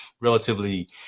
relatively